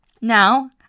Now